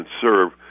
serve